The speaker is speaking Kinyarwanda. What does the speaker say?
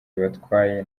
bibatwaye